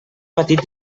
patit